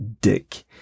dick